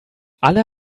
alle